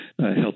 help